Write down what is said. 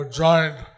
joined